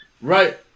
Right